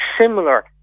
similar